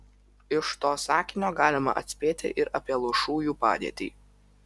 iš to sakinio galima atspėti ir apie luošųjų padėtį